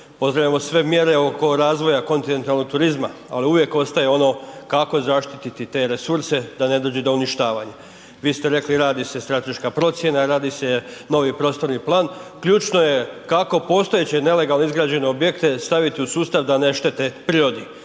Pozdravljamo sve mjere oko razvoja kontinentalnog turizma, ali uvijek ostaje ono kako zaštiti te resurse da ne dođe do uništavanja. Vi ste rekli, radi se strateška procjena, radi se novi prostorni plan, ključno je kako postojeće nelegalno izgrađene objekte staviti u sustav da ne štete prirodi?